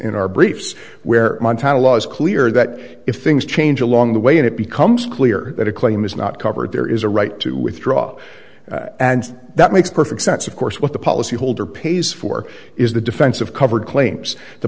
in our briefs where montana law is clear that if things change along the way and it becomes clear that a claim is not covered there is a right to withdraw and that makes perfect sense of course what the policyholder pays for is the defense of covered claims the